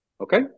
Okay